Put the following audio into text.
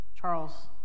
Charles